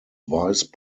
vice